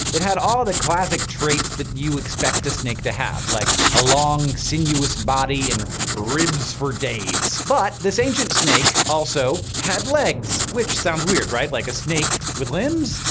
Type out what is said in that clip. it had all of the classic traits that you expect a snake to have, like a long, sinuous body and ribs for days. but this ancient snake also had, legs. which sounds weird, right? like a snake with limbs?